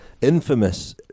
infamous